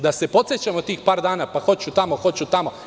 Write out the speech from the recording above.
Da se podsećamo tih par dana, pa hoću tamo, hoću tamo.